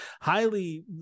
highly